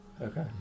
Okay